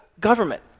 government